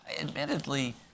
admittedly